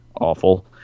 awful